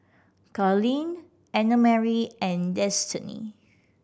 Carlyle Annamarie and Destany